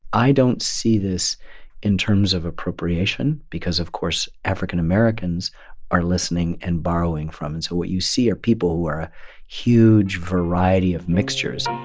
i don't see this in terms of appropriation because of course african americans are listening and borrowing from. and so what you see are people who are a huge variety of mixtures